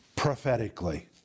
prophetically